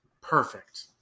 perfect